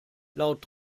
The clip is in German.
laut